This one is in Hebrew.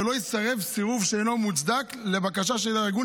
ולא יסרב סירוב שאינו מוצדק לבקשה של הארגון